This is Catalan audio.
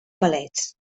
palets